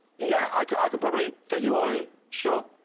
yeah, i could i could probably fit you all in, sure.